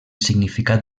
significat